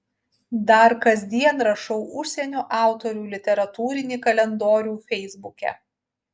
dar kasdien rašau užsienio autorių literatūrinį kalendorių feisbuke